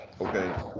Okay